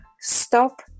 stop